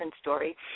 story